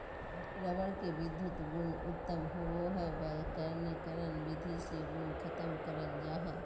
rubber के विधुत गुण उत्तम होवो हय वल्कनीकरण विधि से गुण खत्म करल जा हय